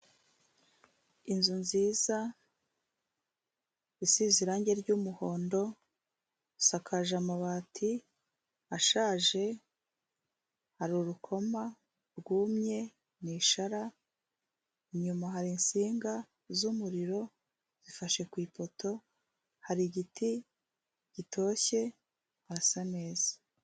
Inzu nziza isize irange ry'umuhondo isakaje amabati ashaje, hari urukoma rwumye ni ishara, inyuma hari insinga z'umuriro zifashe ku ipoto, hari igiti gitoshye hasa neza.